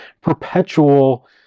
perpetual